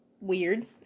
weird